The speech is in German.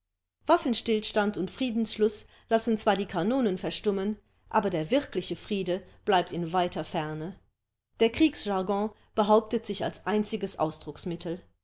waffenstillstand und friedensschluß lassen zwar die kanonen verstummen aber der wirkliche friede bleibt in weiter ferne der kriegsjargon behauptet sich als